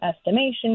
estimation